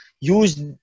use